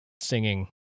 singing